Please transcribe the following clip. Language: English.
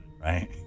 right